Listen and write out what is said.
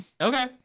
Okay